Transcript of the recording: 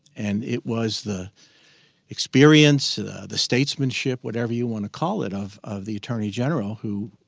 and it was the experience the the statesmanship, whatever you want to call it of of the attorney general who